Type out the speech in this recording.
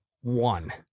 one